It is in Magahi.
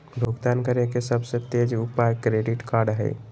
भुगतान करे के सबसे तेज उपाय क्रेडिट कार्ड हइ